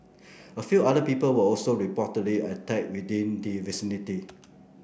a few other people were also reportedly attacked within the vicinity